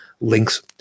links